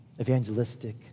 evangelistic